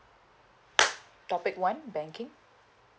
topic one banking